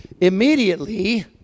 immediately